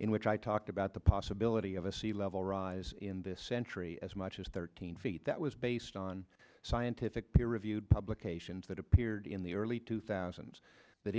in which i talked about the possibility of a sea level rise in this century as much as thirteen feet that was based on scientific peer reviewed publications that appeared in the early two thousand that